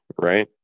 right